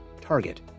Target